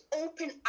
open